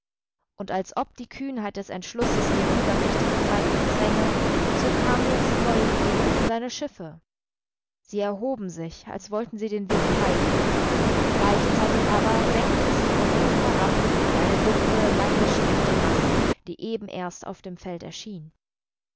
und als ob die kühnheit des entschlusses den übermächtigen feind bezwänge so kam jetzt neue bewegung in seine schiffe sie erhoben sich als wollten sie den weg freigeben gleichzeitig aber senkte es sich von oben herab wie eine dunkle langgestreckte masse die eben erst auf dem feld erschien